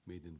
miten